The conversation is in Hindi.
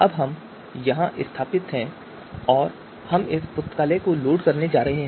अब यह यहाँ स्थापित है और हम इस पुस्तकालय को लोड करने जा रहे हैं